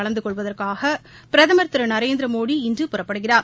கலந்துகொள்வதற்காக பிரதமர் திரு நரேந்திரமோடி இன்று புறப்படுகிறார்